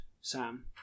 Sam